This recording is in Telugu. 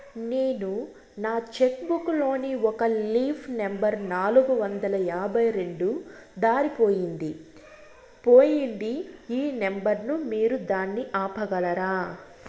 నేను నా చెక్కు బుక్ లోని ఒక లీఫ్ నెంబర్ నాలుగు వందల యాభై రెండు దారిపొయింది పోయింది ఈ నెంబర్ ను మీరు దాన్ని ఆపగలరా?